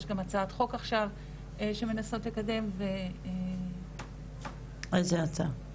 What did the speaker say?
יש גם הצעת חוק עכשיו שמנסות לקדם --- איזו הצעה?